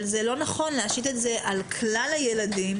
אבל זה לא נכון להשית את זה על כלל הילדים